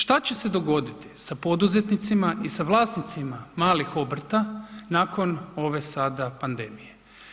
Šta će se dogoditi sa poduzetnicima i sa vlasnicima malih obrta nakon ove sada pandemije?